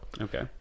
Okay